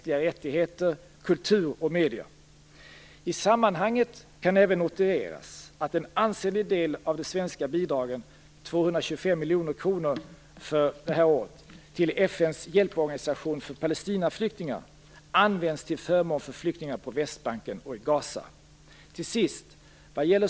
I sammanhanget kan även noteras att en ansenlig del av de svenska bidragen till FN:s hjälporganisation för palestinaflyktingar, 225 miljoner kronor för det här året, används till förmån för flyktingar på Västbanken och i Gaza.